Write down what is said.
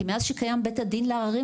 כי מאז שקיים בית הדין לערערים,